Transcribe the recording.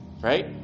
right